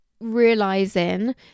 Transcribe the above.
realizing